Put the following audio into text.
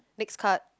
next card